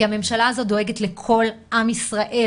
כי הממשלה הזו דואגת לכל עם ישראל